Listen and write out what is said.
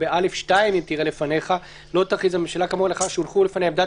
ב-(א)(2): "לא תכריז הממשלה כאמור אלא לאחר שהונחו לפניה עמדת